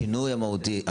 השינוי המהותי,